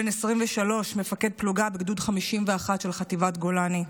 בן 23, מפקד פלוגה בגדוד 51 של חטיבת גולני,